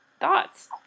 Thoughts